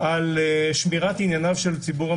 על שמירת ענייניו של ציבור המשקיעים,